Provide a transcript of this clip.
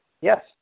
Yes